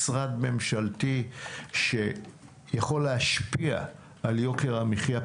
משרד ממשלתי שיכול להשפיע על יוקר המחיה.